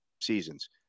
seasons